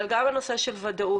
אבל גם הנושא של ודאות.